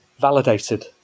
validated